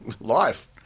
life